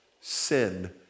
sin